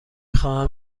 خواهم